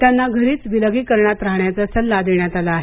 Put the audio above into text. त्यांना घरीच विलागीकरणात राहण्याचा सल्ला देण्यात आला आहे